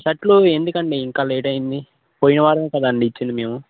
షర్టులు ఎందుకండి ఇంకా లేట్ అయింది పోయిన వారంమే కదాండి ఇచ్చింది మేము